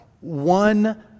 one